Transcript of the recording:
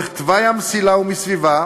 לאורך תוואי המסילה ומסביבה,